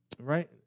Right